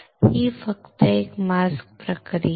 ही फक्त एक मास्क प्रक्रिया आहे